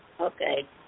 Okay